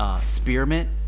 Spearmint